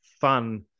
fun